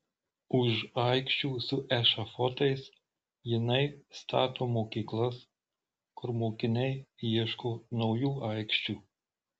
už aikščių su ešafotais jinai stato mokyklas kur mokiniai ieško naujų aikščių